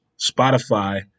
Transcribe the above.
Spotify